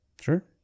Sure